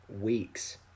weeks